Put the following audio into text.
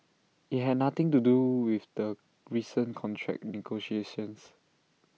IT had nothing to do with the recent contract negotiations